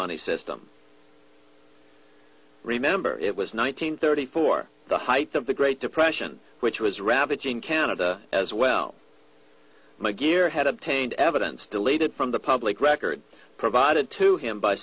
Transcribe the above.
money system remember it was nine hundred thirty four the height of the great depression which was ravaging canada as well my gearhead obtained evidence deleted from the public record provided to him by